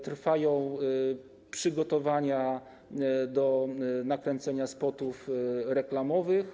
Trwają przygotowania do nakręcenia spotów reklamowych.